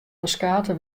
ferskate